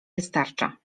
wystarcza